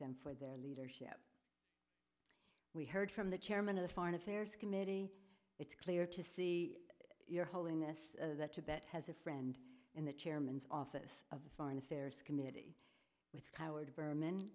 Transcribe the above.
them for their leadership we heard from the chairman of the foreign affairs committee it's clear to see your holiness that tibet has a friend in the chairman's office of foreign affairs committee which howard berman